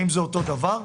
האם זה אותו דבר?